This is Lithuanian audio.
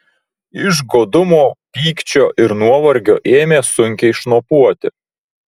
iš godumo pykčio ir nuovargio ėmė sunkiai šnopuoti